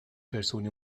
persuni